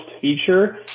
feature